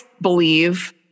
believe